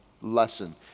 lesson